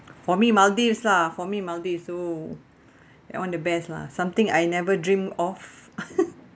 for me maldives lah for me maldives so I want the best lah something I never dreamed of